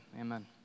Amen